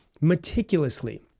meticulously